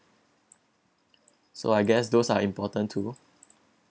so I guess those are important too